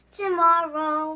tomorrow